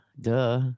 duh